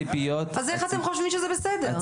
אז איך אתם חושבים שזה בסדר.